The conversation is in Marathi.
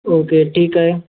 ओके ठीक आहे